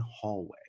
hallway